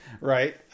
right